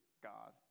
God